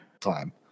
time